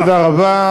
תודה רבה.